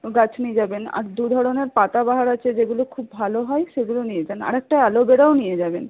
গাছ নিয়ে যাবেন আর দু ধরনের পাতাবাহার আছে যেগুলো খুব ভালো হয় সেগুলো নিয়ে যান আর একটা অ্যালোভেরাও নিয়ে যাবেন